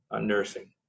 nursing